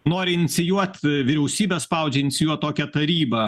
nori inicijuot vyriausybę spaudžia inicijuot tokią tarybą